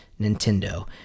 Nintendo